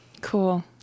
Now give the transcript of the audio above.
Cool